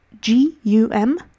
G-U-M